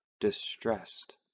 distressed